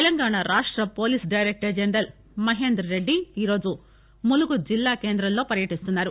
తెలంగాణ రాష్ట police director general Mahender Reddy ఈరోజు మలుగు జిల్లా కేంద్రంలో పర్యటిస్తున్నారు